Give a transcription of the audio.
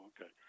Okay